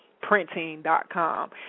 printing.com